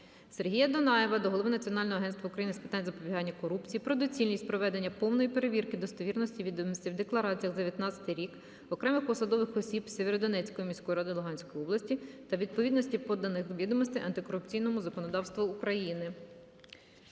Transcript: Сергія Дунаєва до голови Національного агентства України з питань запобігання корупції про доцільність проведення повної перевірки достовірності відомостей в деклараціях за 2019 рік окремих посадових осіб Сєвєродонецької міської ради Луганської області та відповідності поданих відомостей антикорупційному законодавству України.